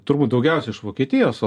turbūt daugiausia iš vokietijos